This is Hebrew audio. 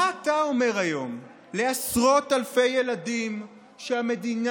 מה אתה אומר היום לעשרות אלפי ילדים שהמדינה